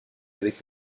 avec